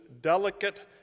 delicate